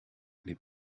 les